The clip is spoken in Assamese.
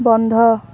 বন্ধ